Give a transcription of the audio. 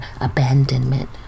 abandonment